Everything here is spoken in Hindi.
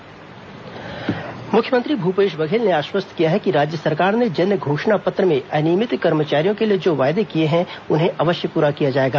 मुख्यमंत्री अनियमित कर्मचारी आश्वासन मुख्यमंत्री भूपेश बघेल ने आश्वस्त किया है कि राज्य सरकार ने जन घोषणा पत्र में अनियमित कर्मचारियों के लिए जो वायदे किए हैं उन्हें अवश्य पूरा किया जाएगा